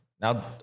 Now